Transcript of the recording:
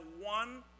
one